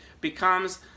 becomes